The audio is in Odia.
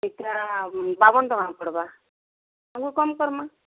ବାଉନ ଟଙ୍କା ପଡ଼୍ବା ତମକୁ କମ୍ କର୍ମା